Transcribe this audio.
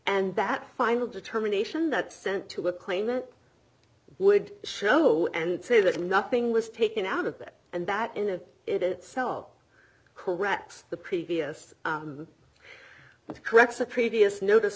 and that final determination that sent to a claimant would show and say that nothing was taken out of that and that in of itself corrects the previous corrects the previous notice